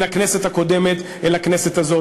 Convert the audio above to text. מן הכנסת הקודמת לכנסת הזאת,